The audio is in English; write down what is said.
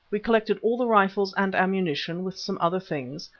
we collected all the rifles and ammunition, with some other things,